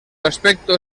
aspecto